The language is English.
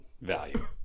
value